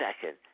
second